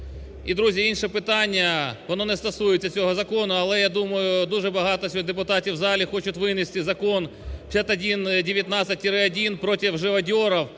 І, друзі, інше питання воно не стосується цього закону, але я думаю дуже багато депутатів в залі хочуть винести закон 5119-1 проти живодерів.